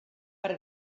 per